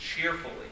cheerfully